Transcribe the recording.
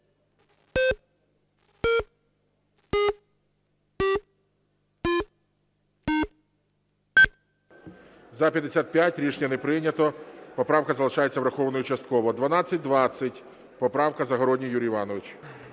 За-55 Рішення не прийнято. Поправка залишається врахованою частково. 1220 поправка. Загородній Юрій Іванович.